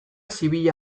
zibila